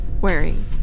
wearing